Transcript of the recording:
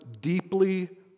deeply